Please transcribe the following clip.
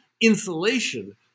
insulation